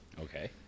Okay